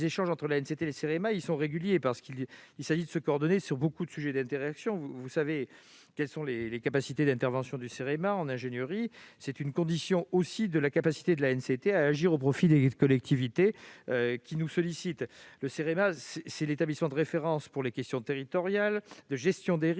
échanges entre l'ANCT et le Cerema sont réguliers, car ces établissements doivent se coordonner sur de nombreux sujets d'interaction. Vous savez quelles sont les capacités d'intervention du Cerema en ingénierie. C'est une condition aussi de la capacité de l'ANCT à agir au profit des collectivités qui nous sollicitent. Le Cerema est l'établissement de référence pour les questions territoriales, de gestion des risques-